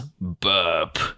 burp